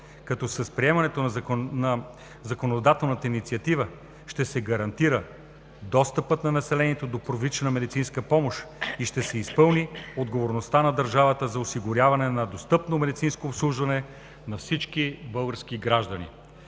като с приемането на законодателната инициатива ще се гарантира достъпът на населението до първична медицинска помощ и ще се изпълни отговорността на държавата за осигуряване на достъпно медицинско обслужване на всички български граждани.